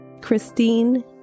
Christine